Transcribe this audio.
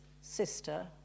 sister